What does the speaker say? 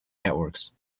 networks